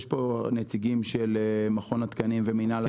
יש פה נציגים של מכון התקנים ומנהל התקינה.